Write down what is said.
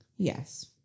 Yes